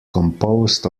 composed